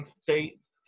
states